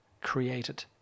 created